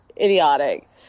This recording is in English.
idiotic